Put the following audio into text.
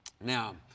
Now